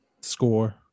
Score